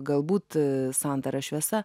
galbūt santara šviesa